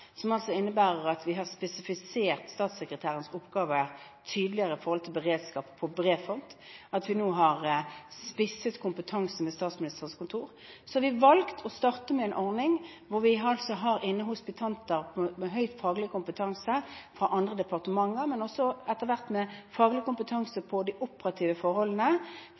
som altså innebærer at vi har spesifisert statssekretærens oppgave tydeligere i forhold til beredskap på bred front, og at vi nå har spisset kompetansen ved Statsministerens kontor. Så har vi valgt å starte med en ordning hvor vi har inne hospitanter med høy faglig kompetanse fra andre departementer, men også etter hvert med faglig kompetanse på de operative forholdene,